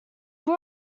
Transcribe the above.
grew